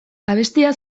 abestia